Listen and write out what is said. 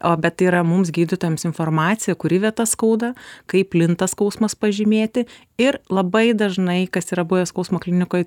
o bet yra mums gydytojams informacija kuri vieta skauda kaip plinta skausmas pažymėti ir labai dažnai kas yra buvę skausmo klinikoj